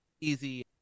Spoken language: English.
easy